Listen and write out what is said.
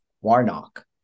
Warnock